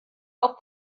auf